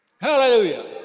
Hallelujah